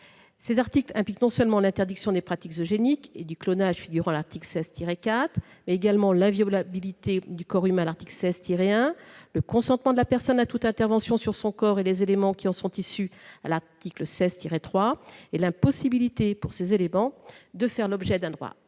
Ces articles impliquent non seulement l'interdiction des pratiques eugéniques et du clonage, figurant à l'article 16-4, mais également l'inviolabilité du corps humain- article 16-1 -, le consentement de la personne à toute intervention sur son corps et les éléments qui en sont issus- article 16-3 -et l'impossibilité pour ces éléments de faire l'objet d'un droit